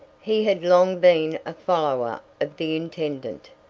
he had long been a follower of the intendant,